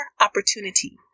opportunity